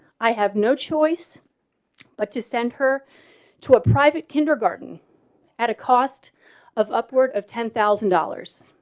i have no choice but to send her to a private kindergarten at a cost of upward of ten thousand dollars